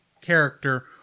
character